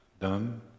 done